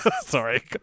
Sorry